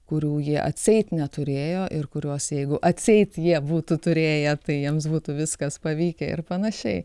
kurių jie atseit neturėjo ir kuriuos jeigu atseit jie būtų turėję tai jiems būtų viskas pavykę ir panašiai